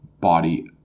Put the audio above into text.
body